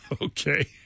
Okay